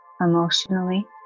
emotionally